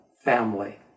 family